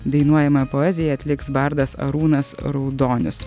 dainuojamąją poeziją atliks bardas arūnas raudonius